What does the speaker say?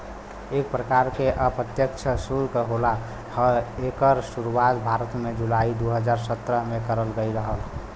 एक परकार के अप्रत्यछ सुल्क होला एकर सुरुवात भारत में जुलाई दू हज़ार सत्रह में करल गयल रहल